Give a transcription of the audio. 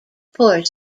poor